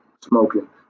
smoking